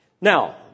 Now